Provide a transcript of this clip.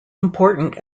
important